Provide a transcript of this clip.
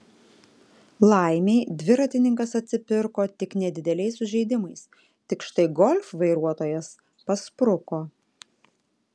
laimei dviratininkas atsipirko tik nedideliais sužeidimais tik štai golf vairuotojas paspruko